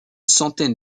centaine